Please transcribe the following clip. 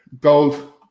Gold